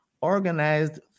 organized